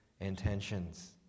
intentions